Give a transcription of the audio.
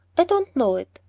i don't know it.